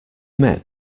met